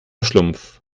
schlumpf